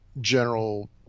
general